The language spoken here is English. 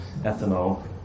ethanol